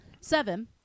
seven